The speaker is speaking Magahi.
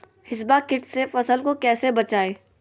हिसबा किट से फसल को कैसे बचाए?